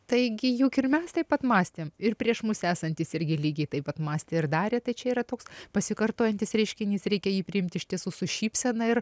taigi juk ir mes taip pat mąstėm ir prieš mus esantys irgi lygiai taip pat mąstė ir darė tai čia yra toks pasikartojantis reiškinys reikia jį priimti iš tiesų su šypsena ir